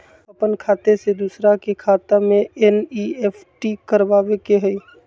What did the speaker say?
अपन खाते से दूसरा के खाता में एन.ई.एफ.टी करवावे के हई?